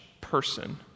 person